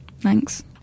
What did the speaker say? Thanks